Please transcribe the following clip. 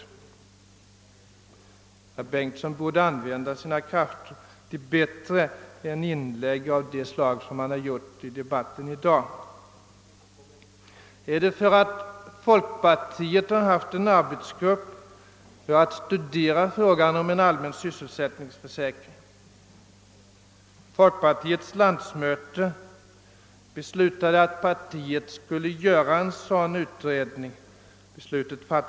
Herr Bengtsson borde använda sina krafter till något bättre än att göra inlägg av det slag som han haft i dagens debatt. Är herr Bengtsson irriterad för att folkpartiet haft en arbetsgrupp för att studera frågan om en allmän sysselsättningsförsäkring? Folkpartiets landsmöte 1966 beslutade att partiet skulle göra en sådan utredning.